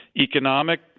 economic